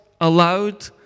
allowed